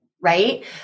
Right